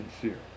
sincere